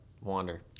wander